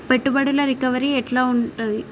పెట్టుబడుల రికవరీ ఎట్ల ఉంటది?